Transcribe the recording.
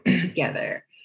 together